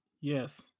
Yes